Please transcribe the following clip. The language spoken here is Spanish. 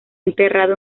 enterrado